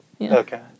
Okay